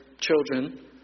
children